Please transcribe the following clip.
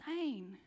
insane